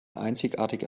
einzigartige